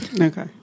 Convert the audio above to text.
Okay